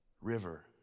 river